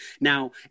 now